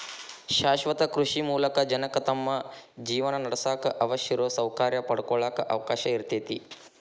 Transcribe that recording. ಶಾಶ್ವತ ಕೃಷಿ ಮೂಲಕ ಜನಕ್ಕ ತಮ್ಮ ಜೇವನಾನಡ್ಸಾಕ ಅವಶ್ಯಿರೋ ಸೌಕರ್ಯ ಪಡ್ಕೊಳಾಕ ಅವಕಾಶ ಇರ್ತೇತಿ